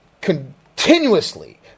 continuously